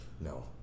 No